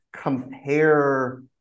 compare